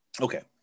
okay